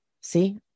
See